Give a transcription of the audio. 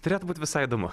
turėtų būt visai įdomu